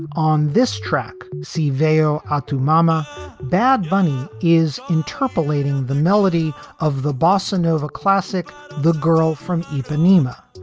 on this track see vale octu mama bad bunny is interpolating the melody of the bossa nova classic the girl from ipanema.